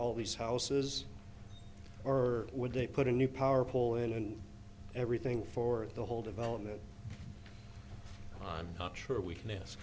all these houses or would they put a new power pole in and everything for the whole development i'm not sure we can ask